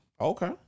Okay